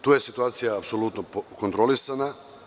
Tu je situacija apsolutno kontrolisana.